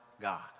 God